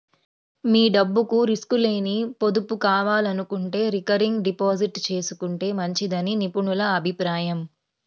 మీ డబ్బుకు రిస్క్ లేని పొదుపు కావాలనుకుంటే రికరింగ్ డిపాజిట్ చేసుకుంటే మంచిదని నిపుణుల అభిప్రాయం